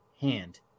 hand